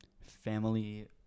Family